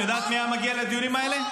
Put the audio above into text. את יודעת מי היה מגיע לדיונים האלה?